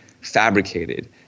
fabricated